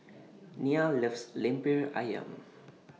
Nia loves Lemper Ayam